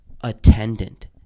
attendant